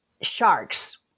sharks